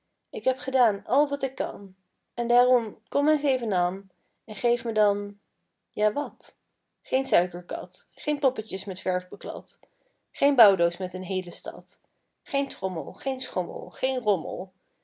ik heb gedaan al wat ik kan en daarom kom eens even ân en geef me dan ja wat geen suikerkat geen poppetjes met verf beklad geen bouwdoos met een heele stad geen trommel geen schommel geen rommel